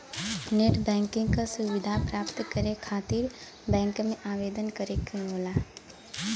net banking क सुविधा प्राप्त करे खातिर बैंक में आवेदन करे क होला